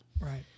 right